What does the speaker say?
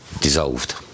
dissolved